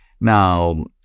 Now